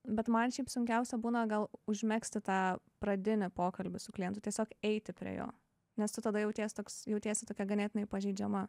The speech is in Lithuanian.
bet man šiaip sunkiausia būna gal užmegzti tą pradinį pokalbį su klientu tiesiog eiti prie jo nes tu tada jautiesi toks jautiesi tokia ganėtinai pažeidžiama